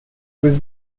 was